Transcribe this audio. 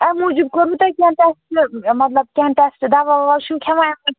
اَمہِ موٗجوٗب کوٚروٕ تۄہہِ کیٚنٛہہ ٹیٚسٹہٕ مطلب کیٚنٛہہ ٹیٚسٹہٕ دوا ووا چھُو کھیٚوان اَمہِ